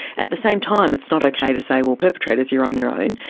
at the same time, it's not okay to say, well, perpetrators, you're on your own.